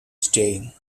staying